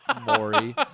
Maury